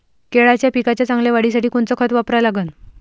केळाच्या पिकाच्या चांगल्या वाढीसाठी कोनचं खत वापरा लागन?